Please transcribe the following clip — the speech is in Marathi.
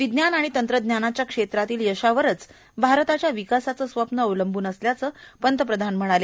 विज्ञान आणि तंत्रज्ञानाच्या क्षेत्रातल्या यशावरच भारताच्या विकासाचं स्वप्न अवलंबून असल्याचं पंतप्रधान म्हणाले